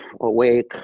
awake